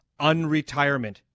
unretirement